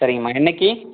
சரிங்கம்மா என்னிக்கு